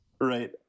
Right